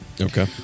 Okay